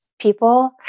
people